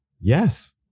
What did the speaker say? Yes